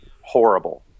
horrible